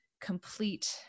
complete